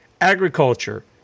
agriculture